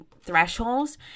thresholds